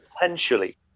Potentially